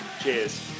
Cheers